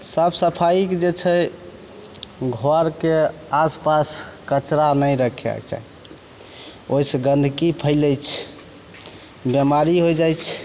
साफ सफाइके जे छै घरके आसपास कचड़ा नहि राखयके चाही ओइसँ गन्धकी फैलय छै बीमारी होइ जाइत छै